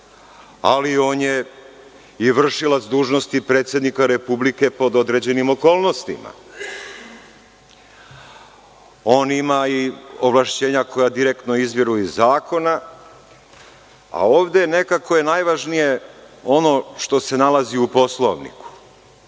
ali on je i vršilac dužnosti predsednika Republike pod određenim okolnostima. On ima i ovlašćenja koja direktno izviru iz zakona, a ovde je nekako najvažnije ono što se nalazi u Poslovniku.Ruženje